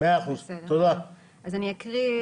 והנה כאן קיבלנו כבר הצעה של מפעיל אחד,